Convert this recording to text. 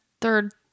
third